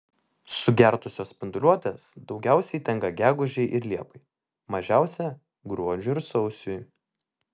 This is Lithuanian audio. sugertosios spinduliuotės daugiausiai tenka gegužei ir liepai mažiausia gruodžiui ir sausiui